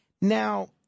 Now